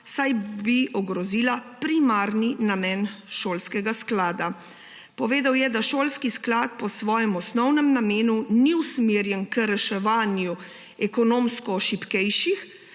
saj bi ogrozila primarni namen šolskega sklada. Povedal je, da šolski sklad po svojem osnovnem namenu ni usmerjen k reševanju ekonomsko šibkejših,